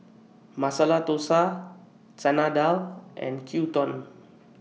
Masala Dosa Chana Dal and Gyudon